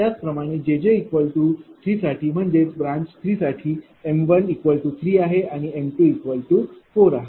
त्याचप्रमाणे jj 3साठी म्हणजेच ब्रांच 3 साठी m1 3आहे आणि आणिm2 4 आहे